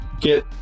get